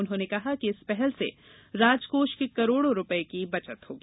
उन्होंने कहा कि इस पहल से राजकोष के करोड़ों रूपये की बचत होगी